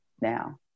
now